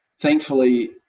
thankfully